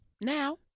Now